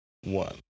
one